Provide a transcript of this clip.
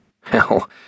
hell